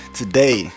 today